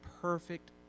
perfect